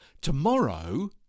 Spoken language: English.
Tomorrow